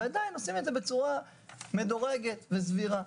ועדיין עושים את זה בצורה מדורגת וסבירה.